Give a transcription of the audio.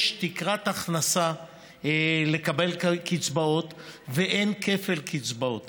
יש תקרת הכנסה לקבלת קצבאות, ואין כפל קצבאות